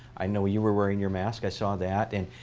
i know you were wearing your mask. i saw that. and,